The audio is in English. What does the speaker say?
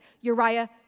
Uriah